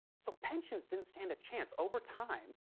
so, pensions didn't stand a chance. over time,